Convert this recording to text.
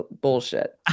bullshit